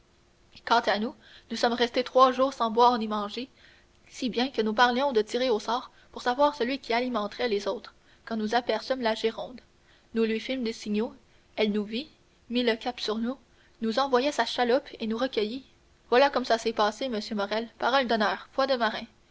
quant à nous nous sommes restés trois jours sans boire ni manger si bien que nous parlions de tirer au sort pour savoir celui qui alimenterait les autres quand nous aperçûmes la gironde nous lui fîmes des signaux elle nous vit mit le cap sur nous nous envoya sa chaloupe et nous recueillit voilà comme ça s'est passé monsieur morrel parole d'honneur foi de marin